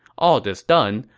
all this done,